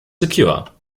secure